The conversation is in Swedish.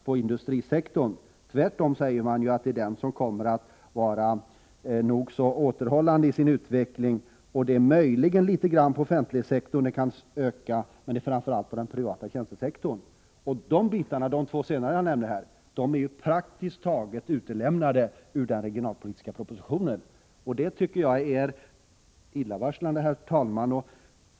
Man säger tvärt om att utvecklingen av den kommer att vara nog så återhållsam. Möjligen kan utvecklingen av den offentliga sektorn öka något, men det är framför allt den privata tjänstesektorn som kommer att öka. De senare två områdena är praktiskt taget utelämnade i den regionalpolitiska propositionen. Det tycker jag är illavarslande.